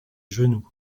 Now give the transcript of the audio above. genoux